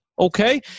Okay